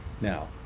Now